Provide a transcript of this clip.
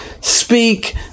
speak